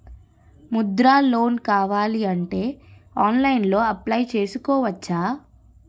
Mudra loan కావాలి అంటే ఆన్లైన్లో అప్లయ్ చేసుకోవచ్చా?